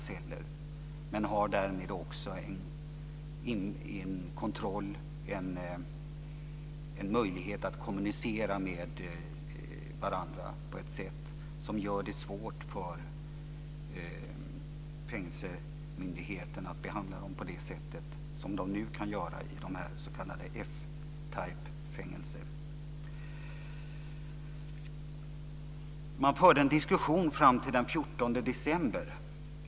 De har därvid också en möjlighet att kommunicera med varandra på ett sätt som gör det svårt för fängelsemyndigheten att behandla dem på det sätt som de kan göra i de s.k. F-type-fängelserna. Man förde en diskussion fram till den 14 december.